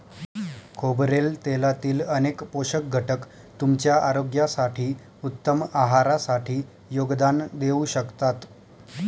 खोबरेल तेलातील अनेक पोषक घटक तुमच्या आरोग्यासाठी, उत्तम आहारासाठी योगदान देऊ शकतात